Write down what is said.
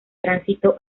tránsito